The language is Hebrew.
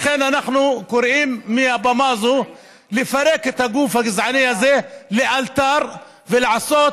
לכן אנחנו קוראים מהבמה הזאת לפרק את הגוף הגזעני הזה לאלתר ולעשות